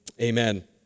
amen